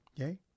Okay